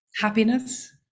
happiness